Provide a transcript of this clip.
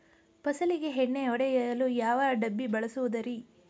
ಫಸಲಿಗೆ ಎಣ್ಣೆ ಹೊಡೆಯಲು ಯಾವ ಡಬ್ಬಿ ಬಳಸುವುದರಿ?